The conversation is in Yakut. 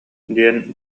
диэн